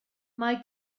mae